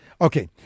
Okay